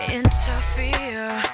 interfere